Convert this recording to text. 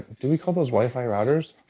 do we call those wife ah routers?